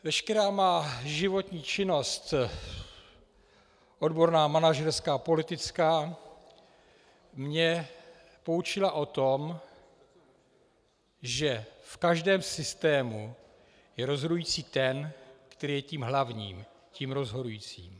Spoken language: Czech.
Veškerá má životní činnost, odborná, manažerská, politická, mě poučila o tom, že v každém systému je rozhodující ten, který je tím hlavním, tím rozhodujícím.